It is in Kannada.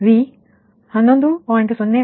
05 j 0